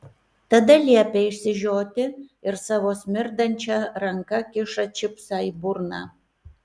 tada liepia išsižioti ir savo smirdančia ranka kiša čipsą į burną